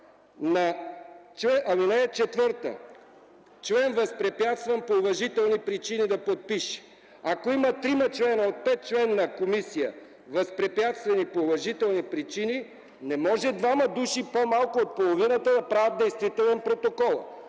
ал. 4, че е възпрепятстван по уважителни причини да подпише, ако има трима члена от петчленна комисия, възпрепятствани по уважителни причини, не може двама души – по-малко от половината, да правят действителен протокол.